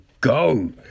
go